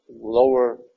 lower